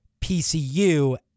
PCU